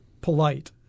polite